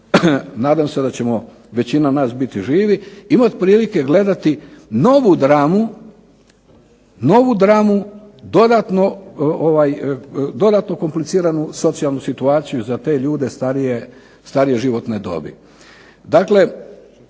nadam se da ćemo većina nas biti živi, imati prilike gledati novu dramu dodatno kompliciranu socijalnu situaciju za te ljude starije životne dobi.